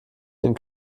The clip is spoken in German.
den